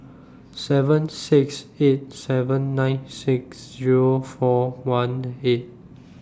seven six eight seven nine six Zero four one eight